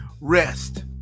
rest